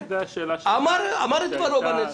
אמר את דברו בנושא.